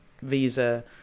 visa